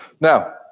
Now